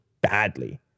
badly